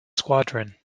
squadron